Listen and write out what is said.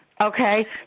Okay